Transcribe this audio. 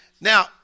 Now